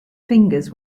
fingers